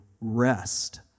rest